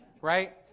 right